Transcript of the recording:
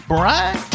Brian